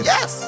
Yes